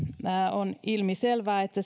on ilmiselvää että